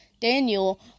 Daniel